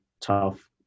tough